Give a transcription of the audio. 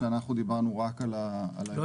שאנחנו דיברנו רק על --- לא,